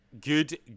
good